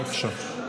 בבקשה.